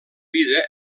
vida